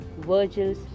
Virgil's